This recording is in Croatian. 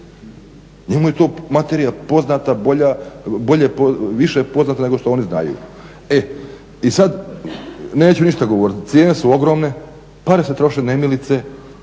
Njemu je ta materija poznata, više poznata nego što oni znaju. I sad, neću ništa govoriti, cijene su ogromne, pare se troše nemilice,